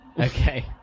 Okay